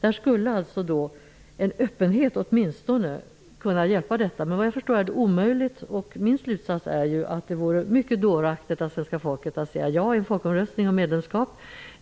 En öppenhet skulle åtminstone något kunna avhjälpa detta. Såvitt jag förstår är det emellertid omöjligt. Min slutsats blir därför att det vore mycket dåraktigt av det svenska folket att säga ''ja'' i en folkomröstning om medlemskap.